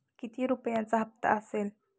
किती रुपयांचा हप्ता असेल?